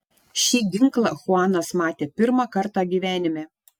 šį ginklą chuanas matė pirmą kartą gyvenime